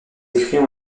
écrits